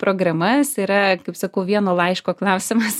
programas yra kaip sakau vieno laiško klausimas